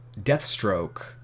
Deathstroke